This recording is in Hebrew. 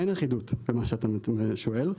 אין אחידות במה שאתה שואל.